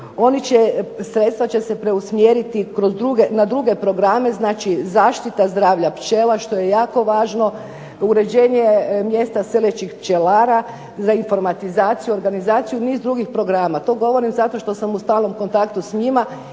sredstva će se preusmjeriti na druge programe, znači zaštita zdravlja pčela, što je jako važno, uređenje mjesta ... pčelara, za informatizaciju, organizaciju, niz drugih programa. To govorim zato što sam u stalnom kontaktu s njima